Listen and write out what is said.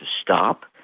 stop